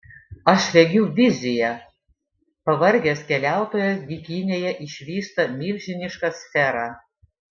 aš regiu viziją pavargęs keliautojas dykynėje išvysta milžinišką sferą